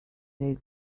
they